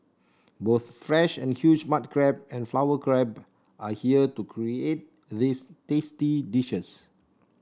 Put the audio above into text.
both fresh and huge mud crab and flower crab are here to create these tasty dishes